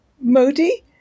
Modi